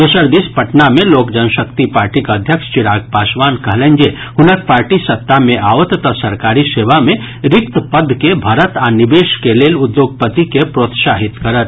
दोसर दिस पटना मे लोक जनशक्ति पार्टीक अध्यक्ष चिराग पासवान कहलनि जे हुनक पार्टी सत्ता मे आओत तऽ सरकारी सेवा मे रिक्त पद के भरत आ निवेश के लेल उद्योगपति के प्रोत्साहित करत